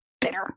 bitter